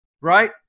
right